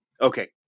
Okay